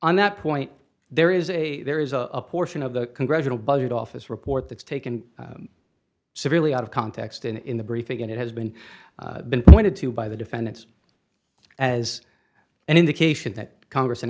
d that point there is a there is a portion of the congressional budget office report that's taken severely out of context and in the briefing and it has been been pointed to by the defendants as an indication that congress